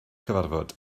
cyfarfod